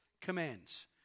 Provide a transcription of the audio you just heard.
commands